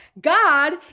God